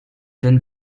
denn